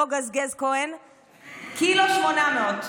קילו ו-800.